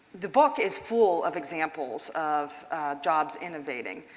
the book is full of examples of jobs innovating.